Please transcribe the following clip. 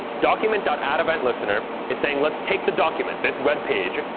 document dot ad event listener is saying let's take the document, this web page,